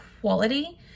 quality